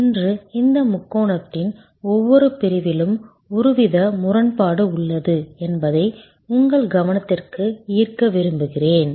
இன்று இந்த முக்கோணத்தின் ஒவ்வொரு பிரிவிலும் ஒருவித முரண்பாடு உள்ளது என்பதை உங்கள் கவனத்திற்கு ஈர்க்க விரும்புகிறேன்